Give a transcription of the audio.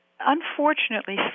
Unfortunately